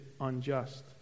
unjust